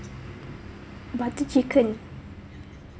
butter chicken